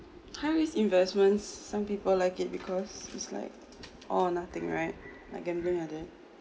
high risk investments some people like it because it's like all nothing right like gambling like that